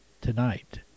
tonight